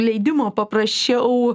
leidimo paprašiau